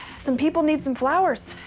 some people need some flowers.